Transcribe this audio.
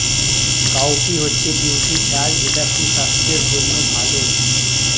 cowpea হচ্ছে বিউলির ডাল যেটা সুস্বাস্থ্যের জন্য ভালো